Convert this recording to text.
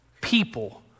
people